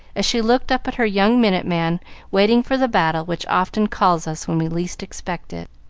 as she looked up at her young minute man waiting for the battle which often calls us when we least expect it,